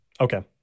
Okay